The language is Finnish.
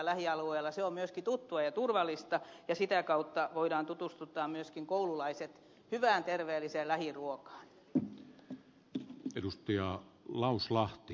se on myöskin tuttua ja turvallista ja sitä kautta voidaan tutustuttaa myöskin koululaiset hyvään terveelliseen lähiruokaan